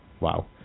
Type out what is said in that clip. wow